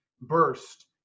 burst